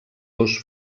dos